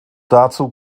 dazu